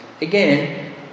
again